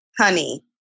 honey